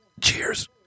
Cheers